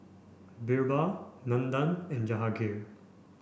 Birbal Nandan and Jahangir